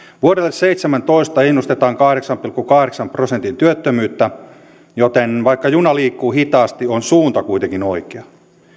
vuodelle seitsemäntoista ennustetaan kahdeksan pilkku kahdeksan prosentin työttömyyttä joten vaikka juna liikkuu hitaasti on suunta kuitenkin oikea